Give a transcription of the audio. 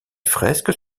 fresques